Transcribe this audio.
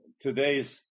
today's